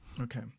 Okay